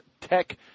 tech